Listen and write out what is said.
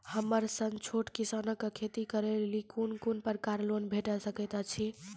हमर सन छोट किसान कअ खेती करै लेली लेल कून कून प्रकारक लोन भेट सकैत अछि?